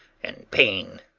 and pain.